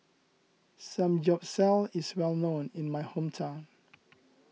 Samgyeopsal is well known in my hometown